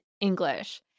English